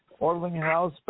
Orlinghouse